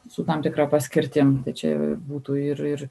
su tam tikra paskirtim tai čia jau būtų ir ir